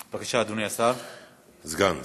בבקשה, אדוני סגן השר.